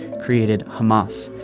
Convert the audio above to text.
created hamas,